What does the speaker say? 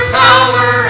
power